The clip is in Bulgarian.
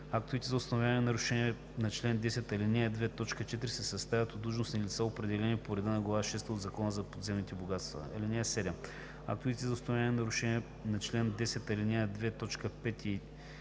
Актовете за установяване на нарушения на чл. 10, ал. 2, т. 4 се съставят от длъжностни лица, определени по реда на глава шеста от Закона за подземните богатства. (7) Актовете за установяване на нарушения на чл. 10, ал. 2, т.